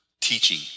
teaching